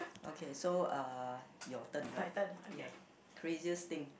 okay so uh your turn right ya craziest thing